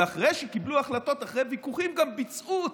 ואחרי שקיבלו החלטות אחרי ויכוחים גם ביצעו אותן.